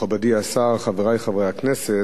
מכובדי השר, חברי חברי הכנסת,